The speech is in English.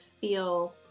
feel